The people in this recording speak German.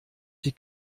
die